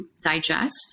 digest